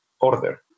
order